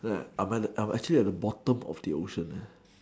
then I'm I'm actually at the bottom of the ocean